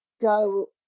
go